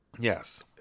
Yes